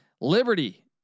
Liberty